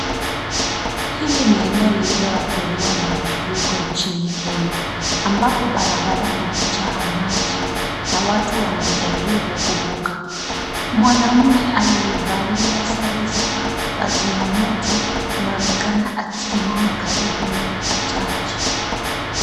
Hili ni eneo lililoadhiriwa na mafuriko nchini Kenya ambapo barabara imejaa maji na watu wanajaribu kuvuka. Mwanaume aliyevalia sare za wazima moto anaonekana akisimama karibu na bajaja.